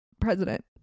president